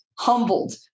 humbled